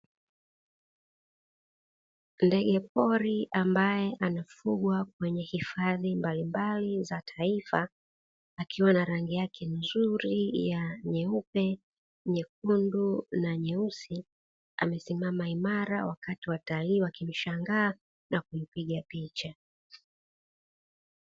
Ndege pori ambaye anafugwa kwenye hifadhi mbalimbali za taifa akiwa na rangi yake nzuri ya: nyeupe, nyekundu na nyeusi; amesimama imara wakati watalii wakimshangaa na kumpiga picha.